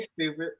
stupid